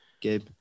Gabe